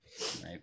Right